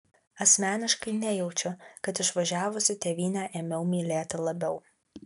asmeniškai nejaučiu kad išvažiavusi tėvynę ėmiau mylėti labiau